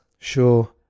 sure